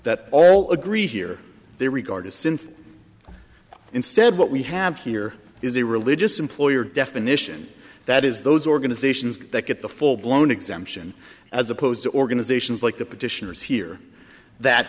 that all agree here they regard as sinful instead what we have here is a religious employer definition that is those organizations that get the full blown exemption as opposed to organizations like the petitioners here